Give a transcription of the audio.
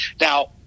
now